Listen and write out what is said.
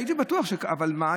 אבל מה,